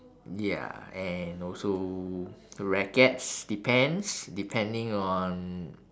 ya and also rackets depends depending on